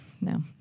no